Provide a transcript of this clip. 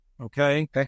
Okay